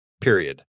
period